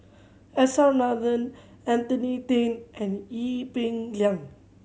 S R Nathan Anthony Then and Ee Peng Liang